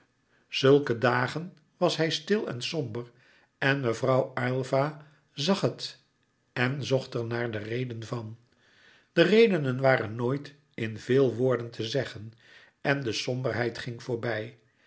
zulke dagen was hij stil en somber en mevrouw aylva zag het en zocht er naar de reden van de redenen waren nooit in veel woorden te zeggen en de somberheid ging voorbij